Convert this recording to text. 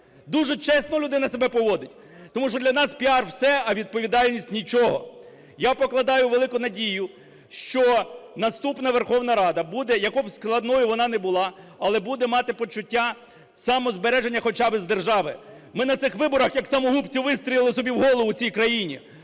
Дуже чесно людина себе поводить. Тому що для нас піар – все, а відповідальність – нічого. Я покладаю велику надію, що наступна Верховна Рада буде, якою б складною вона не була, але буде мати почуття самозбереження, хоча би з держави. Ми на цих виборах як самогубці вистрілили собі в голову в цій країні.